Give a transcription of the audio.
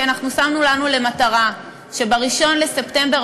כי אנחנו שמנו לנו למטרה: שב-1 בספטמבר